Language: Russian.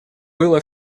было